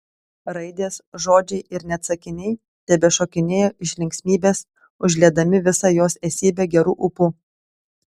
raidės žodžiai ir net sakiniai tebešokinėjo iš linksmybės užliedami visą jos esybę geru ūpu